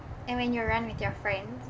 and when you're run with your friends